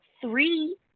three